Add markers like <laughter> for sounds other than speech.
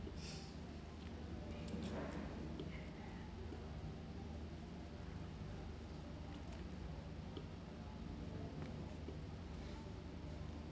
<breath>